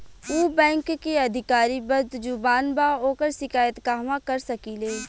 उ बैंक के अधिकारी बद्जुबान बा ओकर शिकायत कहवाँ कर सकी ले